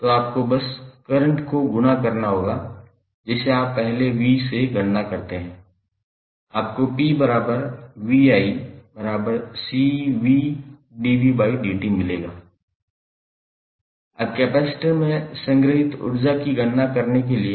तो आपको बस करंट को गुणा करना होगा जिसे आप पहले v से गणना करते हैं आपको 𝑝𝑣𝑖𝐶𝑣𝑑𝑣𝑑𝑡 मिलेगा अब कैपेसिटर में संग्रहीत ऊर्जा की गणना करने के लिए